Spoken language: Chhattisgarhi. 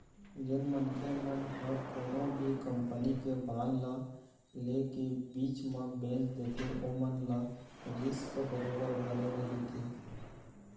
जेन मनखे मन ह कोनो भी कंपनी के बांड ल ले के बीच म बेंच देथे ओमन ल रिस्क बरोबर बने रहिथे